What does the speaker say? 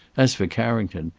as for carrington,